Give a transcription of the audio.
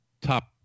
top